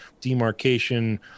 demarcation